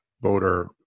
voter